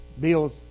bills